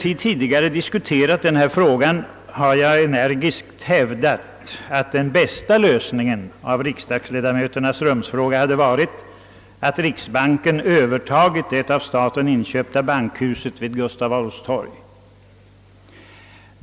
Då vi tidigare diskuterat denna fråga har jag energiskt hävdat att den bästa lösningen av = riksdagsledamöternas rumsfråga hade varit, att riksbanken övertagit det av staten inköpta bankhuset vid Gustaf Adolfs torg.